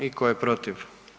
I tko je protiv?